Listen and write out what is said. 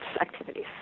activities